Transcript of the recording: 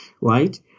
right